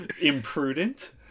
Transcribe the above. imprudent